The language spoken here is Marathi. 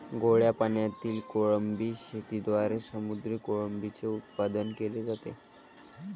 गोड्या पाण्यातील कोळंबी शेतीद्वारे समुद्री कोळंबीचे उत्पादन केले जाते